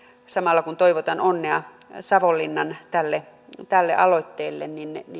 samalla kun toivotan onnea savonlinnan tälle tälle aloitteelle